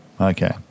Okay